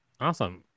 Awesome